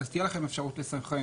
אז תהיה לכם אפשרות לסנכרן